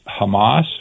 Hamas